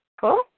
Cool